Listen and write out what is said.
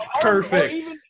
perfect